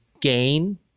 gain